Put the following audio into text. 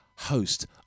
Host